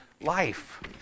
life